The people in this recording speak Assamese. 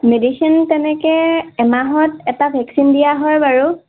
মেডিচিন তেনেকে এমাহত এটা ভেকচিন দিয়া হয় বাৰু